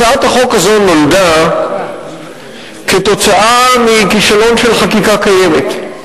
הצעת החוק הזאת נולדה כתוצאה מכישלון של חקיקה קיימת.